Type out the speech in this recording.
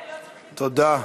הם לא צריכים, תודה.